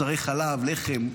ומוצרי חלב, לחם,